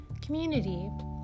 community